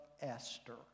Esther